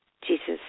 Jesus